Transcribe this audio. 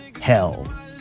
Hell